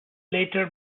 later